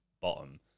bottom